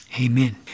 Amen